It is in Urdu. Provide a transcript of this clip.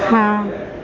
ہاں